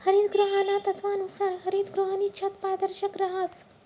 हरितगृहाना तत्वानुसार हरितगृहनी छत पारदर्शक रहास